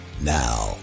Now